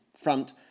front